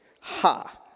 Ha